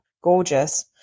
Gorgeous